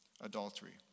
adultery